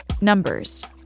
numbers